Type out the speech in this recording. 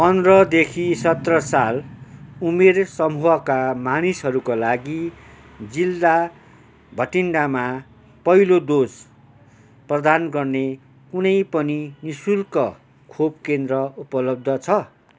पन्ध्रदेखि सत्र साल उमेर समूहका मानिसहरूको लागि जिल्ला भटिन्डामा पहिलो डोज प्रदान गर्ने कुनै पनि नि शुल्क खोप केन्द्र उपलब्ध छ